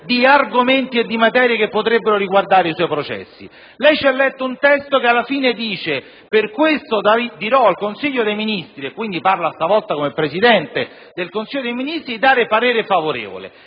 di argomenti e di materie che potrebbero riguardare i suoi processi. Lei ci ha letto un testo che alla fine dice: per questo dirò al Consiglio dei ministri - e quindi parla stavolta come Presidente del Consiglio dei ministri - di dare parere favorevole.